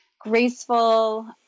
graceful